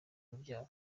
urubyaro